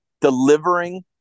delivering